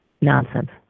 Nonsense